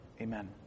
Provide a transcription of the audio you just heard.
Amen